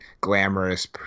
glamorous